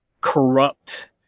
corrupt